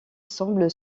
semble